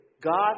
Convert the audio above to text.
God